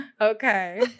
Okay